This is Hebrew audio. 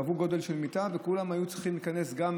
קבעו גודל של מיטה וכולם היו צריכים להיכנס אליה,